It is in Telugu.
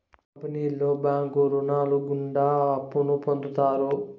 కంపెనీలో బ్యాంకు రుణాలు గుండా అప్పును పొందుతారు